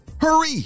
Hurry